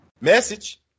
Message